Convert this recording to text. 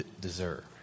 deserve